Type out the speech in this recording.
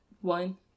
one